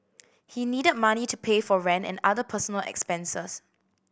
he needed money to pay for rent and other personal expenses